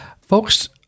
Folks